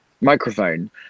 microphone